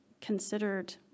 considered